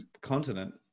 continent